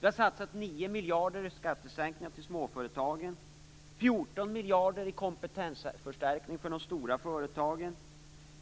Vi har satsat 9 miljarder i skattesänkningar för småföretagen och 14 miljarder i kompetensförstärkning för de stora företagen.